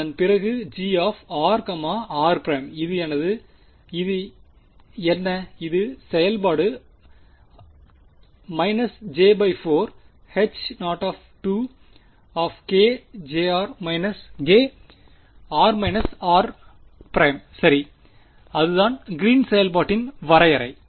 அதனால் அதன் பிறகு g r r' இது என்ன இது செயல்பாடு j 4 H0 k|r r′| சரி அதுதான் கிறீன்ஸ் green's செயல்பாட்டின் வரையறை